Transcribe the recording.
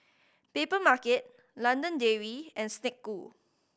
Papermarket London Dairy and Snek Ku